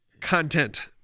content